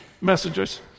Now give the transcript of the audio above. messages